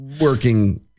working